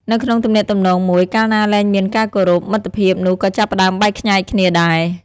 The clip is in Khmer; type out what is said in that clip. នៅក្នុងទំនាក់ទំនងមួយ កាលណាលែងមានការគោរព មិត្តភាពនោះក៏ចាប់ផ្ដើមបែកខ្ញែកគ្នាដែរ។